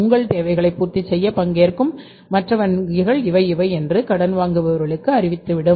உங்கள் தேவைகளை பூர்த்தி செய்ய பங்கேற்கும் மற்ற வங்கிகள் இவை என்று கடன் வாங்குபவருக்கு அறிவித்து விடும்